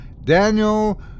Daniel